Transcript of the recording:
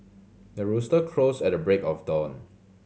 the rooster crows at the break of dawn